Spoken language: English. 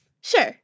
Sure